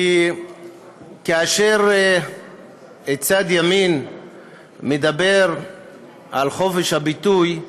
כאשר צד ימין מדבר על חופש הביטוי,